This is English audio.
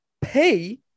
pay